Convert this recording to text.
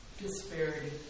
disparity